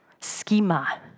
schema